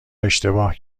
اشتباه